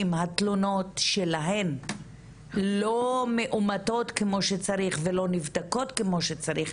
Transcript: התלונות שלהן לא מאומתות כמו שצריך ולא נבדקות כמו שצריך,